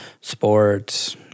sports